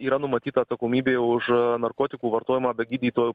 yra numatyta atsakomybė už narkotikų vartojimą be gydytojo